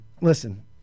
listen